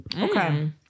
Okay